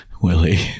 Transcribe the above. Willie